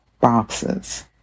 boxes